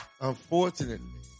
unfortunately